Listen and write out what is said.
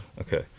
Okay